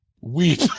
weep